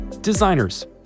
Designers